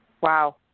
Wow